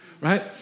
right